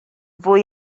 fwy